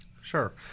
Sure